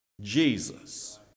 Jesus